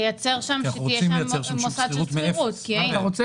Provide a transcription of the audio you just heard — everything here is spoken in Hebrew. אל תזרוק את האיש הקטן אל רשות --- הגורם המקצועי בממשלה